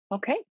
Okay